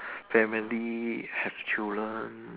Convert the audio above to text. family have children